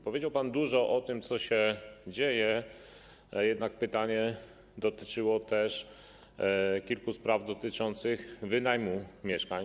Powiedział pan dużo o tym, co się dzieje, a jednak pytanie odnosiło się też do kilku spraw dotyczących wynajmu mieszkań.